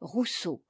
rousseau